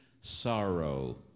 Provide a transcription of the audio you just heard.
sorrow